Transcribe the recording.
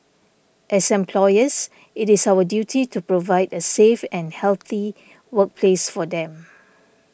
as employers it is our duty to provide a safe and healthy workplace for them